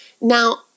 Now